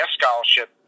scholarship